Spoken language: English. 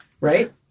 right